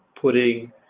putting